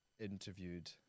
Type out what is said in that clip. interviewed